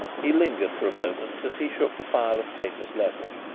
he lingered for a moment as he shook the file of papers level.